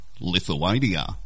Lithuania